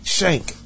Shank